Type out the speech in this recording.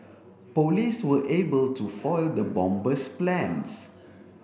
police were able to foil the bomber's plans